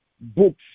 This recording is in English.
Books